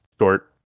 short